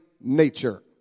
nature